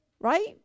right